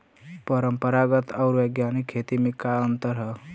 परंपरागत आऊर वैज्ञानिक खेती में का अंतर ह?